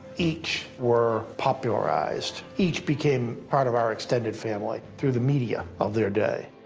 each were popularized. each became part of our extended family through the media of their day.